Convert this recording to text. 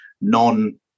non